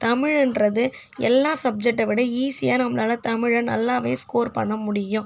தமிழ்ன்றது எல்லா சப்ஜெக்ட்டை விட ஈஸியாக நம்மளால தமிழில் நல்லா ஸ்கோர் பண்ண முடியும்